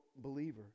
believer